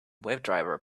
webdriver